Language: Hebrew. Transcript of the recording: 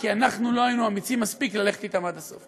כי אנחנו לא היינו אמיצים מספיק ללכת אתם עד הסוף.